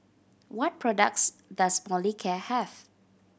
what products does Molicare have